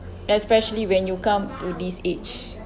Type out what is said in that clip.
especially when you come to this age